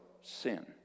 sin